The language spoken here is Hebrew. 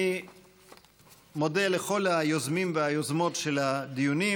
אני מודה לכל היוזמים והיוזמות של הדיונים,